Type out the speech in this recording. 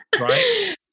right